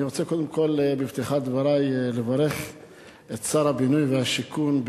אני רוצה קודם כול בפתיחת דברי לברך את שר הבינוי והשיכון.